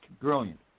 brilliant